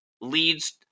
leads